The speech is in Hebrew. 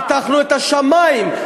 פתחנו את השמים,